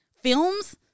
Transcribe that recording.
films